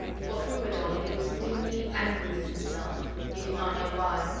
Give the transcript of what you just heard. for through it all he was dimly angry with himself, he did not know why.